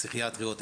פסיכיאטריות,